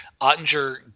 Ottinger